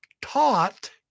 taught